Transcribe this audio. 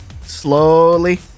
slowly